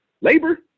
labor